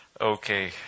Okay